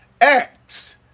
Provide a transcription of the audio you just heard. Acts